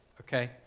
Okay